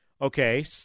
okay